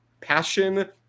passion